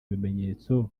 ibimenyetso